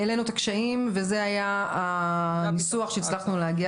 העלינו את הקשיים וזה היה הניסוח שהצלחנו להגיע